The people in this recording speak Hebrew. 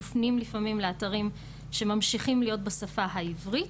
מופנים לפעמים לאתרים שממשיכים להיות בשפה העברית,